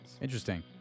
interesting